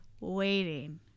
Waiting